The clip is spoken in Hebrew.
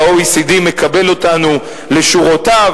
וה-OECD מקבל אותנו לשורותיו,